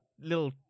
little